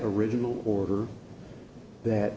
original order that